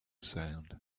sound